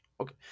Okay